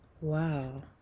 Wow